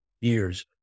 years